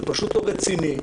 זה פשוט לא רציני.